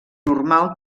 normal